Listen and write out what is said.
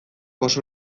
oso